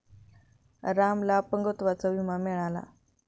रामला अपंगत्वाचा विमा मिळाला